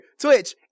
Twitch